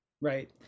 Right